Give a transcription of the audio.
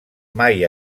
mai